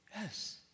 Yes